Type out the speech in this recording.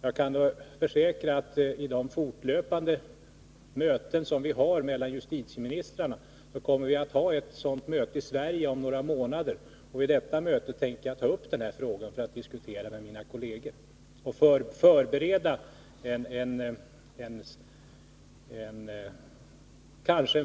Vi har fortlöpande möten mellan justitieministrarna, och vi kommer att ha ett sådant möte i Sverige om några månader. Jag kan försäkra att jag vid detta möte tänker ta upp denna fråga, för att diskutera den med mina kolleger och kanske förebereda en